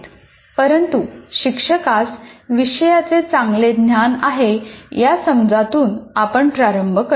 परंतु शिक्षकास विषयाचे चांगले ज्ञान आहे या समजातून आपण प्रारंभ करतो